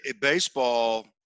Baseball